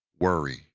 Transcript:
worry